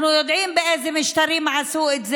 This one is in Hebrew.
אנחנו יודעים באיזה משטרים עשו את זה.